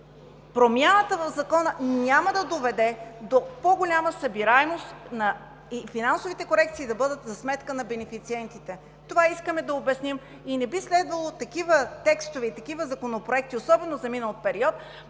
промяната в Закона няма да доведе до по голяма събираемост и финансовите корекции да бъдат за сметка на бенефициентите. Това искаме да обясним и не би следвало да има такива текстове и такива законопроекти, особено за минал период,